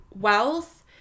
wealth